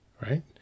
Right